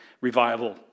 revival